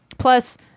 Plus